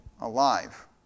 alive